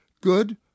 good